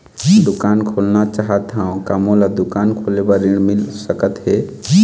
दुकान खोलना चाहत हाव, का मोला दुकान खोले बर ऋण मिल सकत हे?